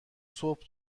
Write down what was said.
صبح